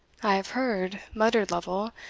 i have heard, muttered lovel,